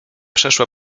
przeszła